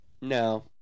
No